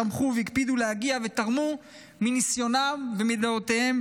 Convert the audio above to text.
שתמכו והקפידו להגיע ותרמו מניסיונם ומדעותיהם